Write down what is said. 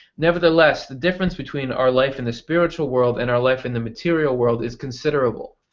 nevertheless, the difference between our life in the spiritual world and our life in the material world is considerable,